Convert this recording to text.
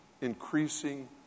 increasing